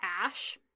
ash